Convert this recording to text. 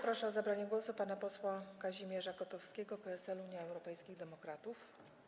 Proszę o zabranie głosu pana posła Kazimierza Kotowskiego, PSL - Unia Europejskich Demokratów.